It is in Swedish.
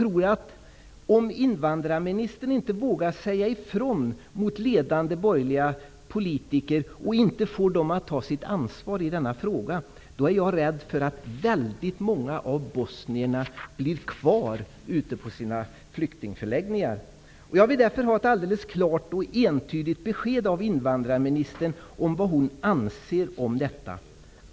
Om invandrarministern inte vågar säga ifrån mot ledande borgerliga politiker och inte får dem att ta sitt ansvar i denna fråga är jag rädd för att väldigt många av bosnierna blir kvar ute på sina flyktingförläggningar. Jag vill därför ha ett alldeles klart och entydigt besked av invandrarministern om vad hon anser om detta.